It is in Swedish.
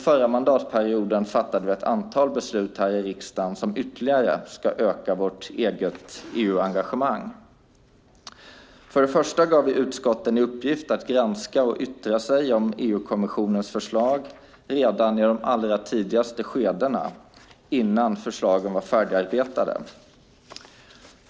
Förra mandatperioden fattade vi ett antal beslut här i riksdagen som ytterligare ska öka vårt eget EU-engagemang. För det första gav vi utskotten i uppgift att granska och yttra sig om EU-kommissionens förslag redan i de allra tidigaste skedena, innan förslagen var färdigarbetade.